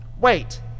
Wait